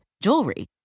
jewelry